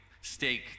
steak